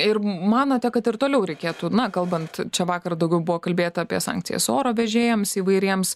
ir manote kad ir toliau reikėtų na kalbant čia vakar daugiau buvo kalbėta apie sankcijas oro vežėjams įvairiems